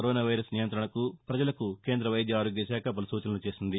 corona virus నియంత్రణలో భాగంగా ప్రజలకు కేంద్ర వైద్య ఆరోగ్య శాఖ పలు సూచనలు చేసింది